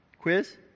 Quiz